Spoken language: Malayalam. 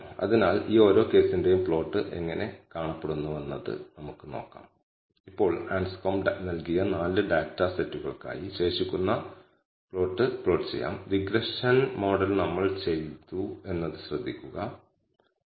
അതിനാൽ ഈ 95 ശതമാനം കോൺഫിഡൻസ് ഇന്റർവെൽ നിർമ്മിച്ചുകഴിഞ്ഞാൽ β0 അജ്ഞാതമാണോ β0 0 ആണോ അല്ലെങ്കിൽ β1 അജ്ഞാതമാണോ അല്ലയോ എന്ന് പരിശോധിക്കാനും നിങ്ങൾക്ക് ഇത് ഉപയോഗിക്കാം